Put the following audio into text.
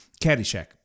Caddyshack